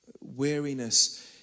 weariness